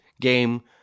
game